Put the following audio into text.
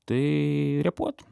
tai repuot